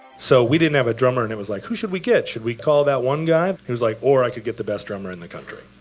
so we didn't have a drummer, and it was like, who should we get? should we call that one guy? he was like, or i could get the best drummer in the country.